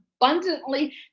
abundantly